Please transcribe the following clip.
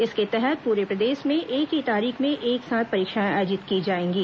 इसके तहत पूरे प्रदेश में एक ही तारीख में एक साथ परीक्षाएं आयोजित की जाएंगी